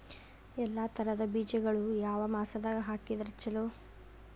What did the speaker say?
ಎಲ್ಲಾ ತರದ ಬೇಜಗೊಳು ಯಾವ ಮಾಸದಾಗ್ ಹಾಕಿದ್ರ ಛಲೋ?